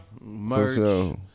Merch